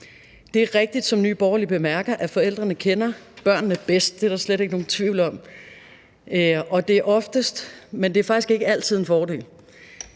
Det er rigtigt, som Nye Borgerlige bemærker, at forældrene kender børnene bedst. Det er der slet ikke nogen tvivl om, og det er oftest, men faktisk ikke altid, en fordel.